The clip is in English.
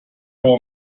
will